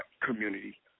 community